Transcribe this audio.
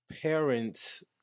parents